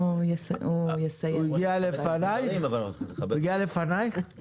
גם על התפקיד וגם